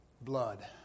Blood